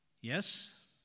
Yes